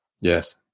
Yes